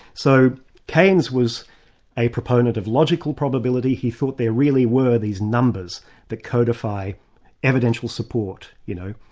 so keynes was a proponent of logical probability. he thought there really were these numbers that codified evidential support, you know,